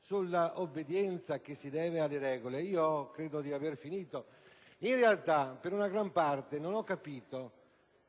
sull'obbedienza che si deve alle regole. Credo di aver finito. In realtà, per gran parte non ho capito